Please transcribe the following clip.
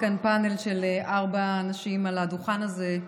כאן פאנל של ארבע נשים על הדוכן הזה,